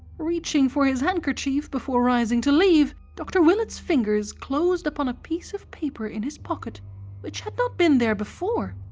reaching for his handkerchief before rising to leave, dr. willett's fingers closed upon a piece of paper in his pocket which had not been there before,